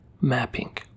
mapping